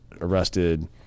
arrested